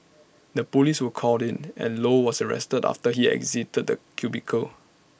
the Police were called in and low was arrested after he exited the cubicle